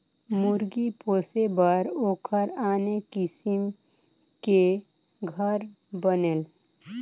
मुरगी पोसे बर ओखर आने किसम के घर बनेल